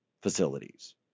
facilities